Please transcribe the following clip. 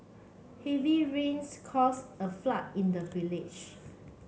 heavy rains cause a flood in the village